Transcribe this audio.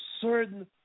Certain